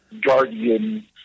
guardian